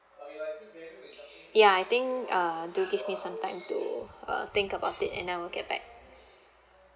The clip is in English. ya I think uh do give me some time to uh think about it and I will get back